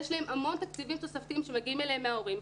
יש להם המון תקציבים תוספתיים שמגיעים אליהם מההורים,